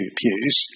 pews